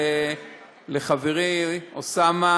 לחברי אוסאמה